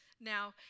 Now